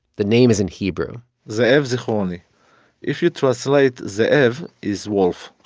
the name is in hebrew ze'ev zichroni if you translate, ze'ev is wolf,